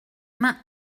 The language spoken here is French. main